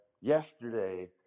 yesterday